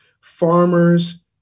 farmers